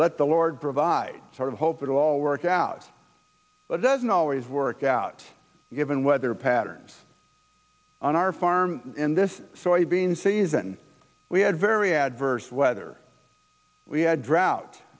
let the lord provide sort of hope it all works out doesn't always work out given weather patterns on our farm in this soybean season we had very adverse weather we had drought